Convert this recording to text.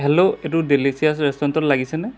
hello এইটো delicious ৰেষ্টুৰেণ্টত লাগিছেনে